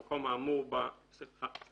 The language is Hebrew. במקום האמור בה יבוא